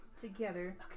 Together